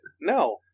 No